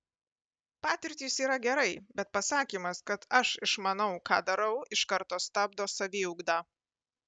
patirtys yra gerai bet pasakymas kad aš išmanau ką darau iš karto stabdo saviugdą